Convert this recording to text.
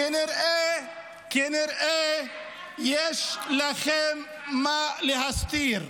כנראה יש לכם מה להסתיר.